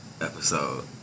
episode